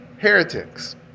heretics